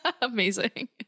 Amazing